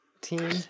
team